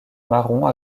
marron